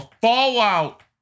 fallout